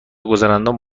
گذراندن